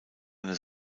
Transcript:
eine